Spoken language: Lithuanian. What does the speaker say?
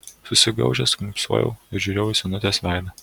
susigaužęs kniūbsojau ir žiūrėjau į senutės veidą